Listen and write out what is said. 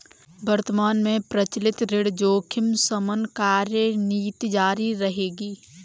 वर्तमान में प्रचलित ऋण जोखिम शमन कार्यनीति जारी रहेगी